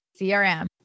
CRM